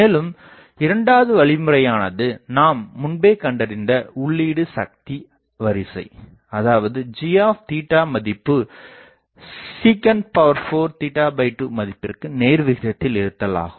மேலும் இரண்டாவது வழி முறையானது நாம் முன்பே கண்டறிந்த உள்ளீடு சக்தி வரிசை அதாவது gமதிப்புsec4 2மதிப்பிற்கு நேர்விகிதத்தில் இருத்தல் ஆகும்